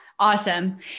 Awesome